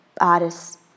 artists